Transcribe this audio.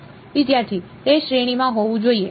વિદ્યાર્થી તે શ્રેણીમાં હોવું જોઈએ